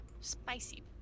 spicy